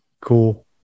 cool